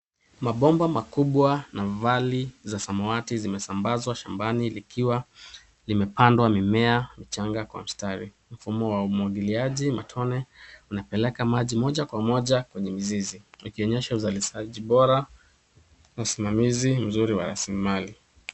Mabomba makubwa na vali za samawati zimesambazwa shambani likiwa limepandwa mimea michanga kwa mstari. Mfumo wa umwagiliaji matone unapeleka maji moja kwa moja kwenye mizizi, ikionyesha uzalishaji bora na usimamizi mzuri wa rasilimali.